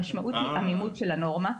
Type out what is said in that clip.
המשמעות היא עמימות של הנורמה.